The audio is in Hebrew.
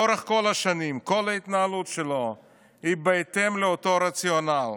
לאורך כל השנים כל ההתנהלות שלו היא בהתאם לאותו רציונל.